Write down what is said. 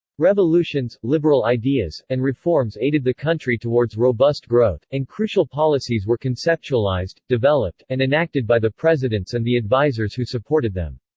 revolutions, liberal ideas, and reforms aided the country towards robust growth, and crucial policies were conceptualized, developed, and enacted by the presidents and the advisers who supported them.